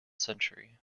century